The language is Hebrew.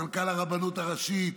מנכ"ל הרבנות הראשית,